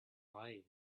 life